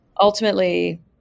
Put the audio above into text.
ultimately